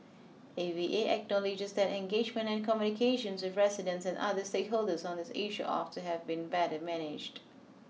A V A acknowledges that engagement and communications with residents and other stakeholders on this issue ought to have been better managed